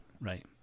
Right